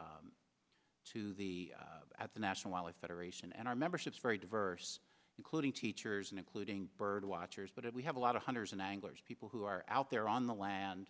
to to the at the national wildlife federation and our membership is very diverse including teachers and including bird watchers but we have a lot of hunters and anglers people who are out there on the land